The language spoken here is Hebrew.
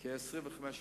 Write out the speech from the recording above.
תרופות